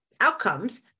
outcomes